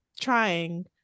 trying